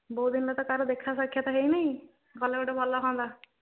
ବହୁତ ଦିନରେ ତ କାହାର ଦେଖା ସାକ୍ଷାତ ହୋଇନି ଗଲେ ଗୋଟେ ଭଲ ହୁଅନ୍ତା